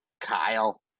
Kyle